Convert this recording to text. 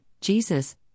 Jesus